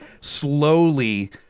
slowly